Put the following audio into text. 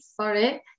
sorry